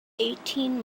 eighteen